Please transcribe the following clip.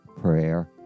prayer